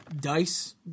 dice